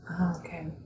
okay